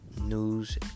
News